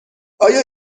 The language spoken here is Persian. آیا